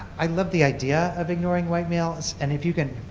i love the idea of ignoring white males, and if you can